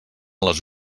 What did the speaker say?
les